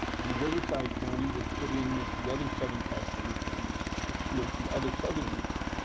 and riverside county was put in with the other southern california counties to create the other southern region.